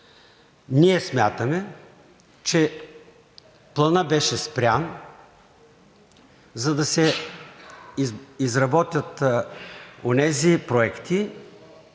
Ние смятаме, че Планът беше спрян, за да се изработят онези проекти,